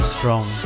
Strong